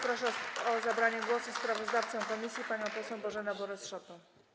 Proszę o zabranie głosu sprawozdawcę komisji panią poseł Bożenę Borys-Szopę.